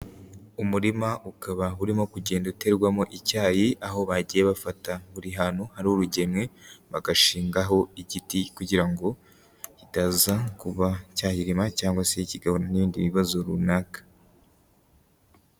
Umurima ukaba urimo kugenda uterwamo icyayi aho bagiye bafata buri hantu hari urugemwe, bagashingaho igiti kugira ngo kitaza kuba cyahirima cyangwa se kigahura n'ibindi bibazo runaka.